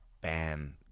ban